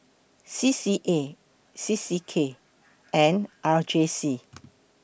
C C A C C K and R J C